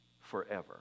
forever